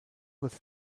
with